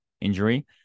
injury